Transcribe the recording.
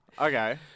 Okay